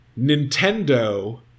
Nintendo